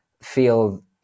feel